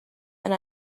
and